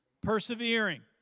persevering